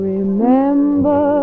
Remember